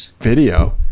video